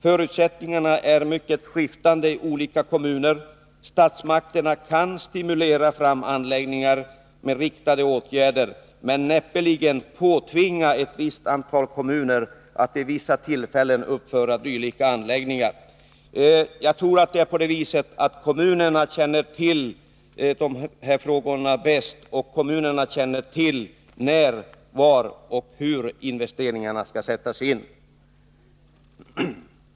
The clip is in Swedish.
Förutsättningarna är mycket skiftande i olika kommuner. Statsmakterna kan stimulera fram anläggningar med riktade åtgärder, men näppeligen påtvinga ett visst antal kommuner att vid vissa tillfällen uppföra dylika anläggningar. Jag tror att kommunerna känner till de här frågorna bäst. De känner till när, var och hur investeringarna skall sättas in.